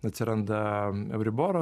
atsiranda euriboro